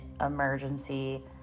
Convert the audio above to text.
Emergency